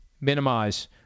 minimize